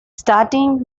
starting